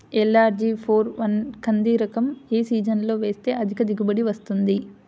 LRG four one కంది రకం ఏ సీజన్లో వేస్తె అధిక దిగుబడి వస్తుంది?